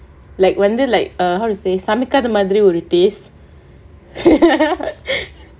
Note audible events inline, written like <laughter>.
like வந்து:vanthu like err how to say சமைக்காத மாதிரி ஒரு:samaikkkatha maathiri oru taste <laughs>